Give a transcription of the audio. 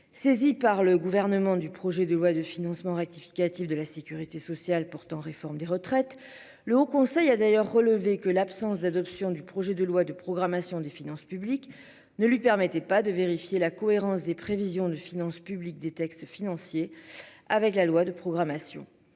Saisie par le gouvernement du projet de loi de financement rectificatif de la Sécurité sociale portant réforme des retraites. Le Haut Conseil a d'ailleurs relevé que l'absence d'adoption du projet de loi de programmation des finances publiques ne lui permettait pas de vérifier la cohérence des prévisions de finances publiques des textes financiers avec la loi de programmation.